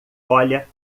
olha